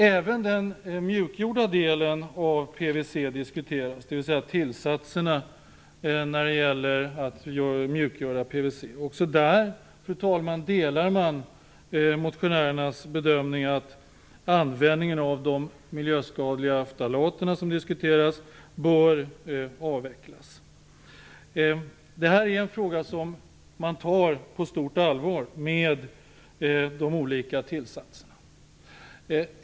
Även den mjukgjorda delen av PVC diskuteras, dvs. tillsatserna när det gäller att mjukgöra PVC. Också där delar man, fru talman, motionärernas bedömning att användningen av de miljöskadliga ftalaterna bör avvecklas. Frågan om de olika tillsatserna tar man på stort allvar.